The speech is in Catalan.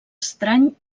estrany